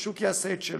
השוק יעשה את שלו.